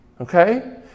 okay